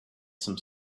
some